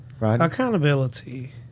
Accountability